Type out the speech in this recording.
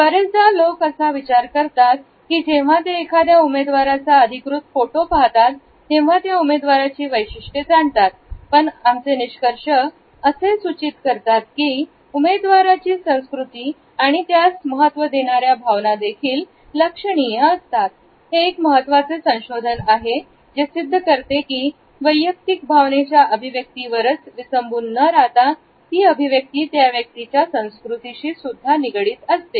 बरेचदा लोक असा विचार करतात की जेव्हा ते एखाद्या उमेदवाराचा अधिकृत फोटो पाहतात तेव्हा त्या उमेदवारा ची वैशिष्ट्ये जाणतात पण आमचे निष्कर्ष असे सूचित करतात की की उमेदवाराची संस्कृती आणि त्यास महत्त्व देणाऱ्या भावना देखील लक्षणीय असतात हे एक महत्त्वाचे संशोधन आहे सिद्ध करते की वैयक्तिक भावनेच्या अभिव्यक्ती वरच विसंबून न राहता ती अभिव्यक्ती त्या व्यक्तीच्या संस्कृतीशी सुद्धा निगडित असते